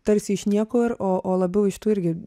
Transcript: tarsi iš nieko ir o o labiau iš tų irgi